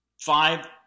Five